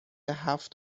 هفت